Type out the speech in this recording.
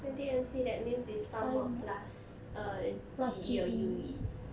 twenty M_C that means is pharm mod plus uh G_E or U_E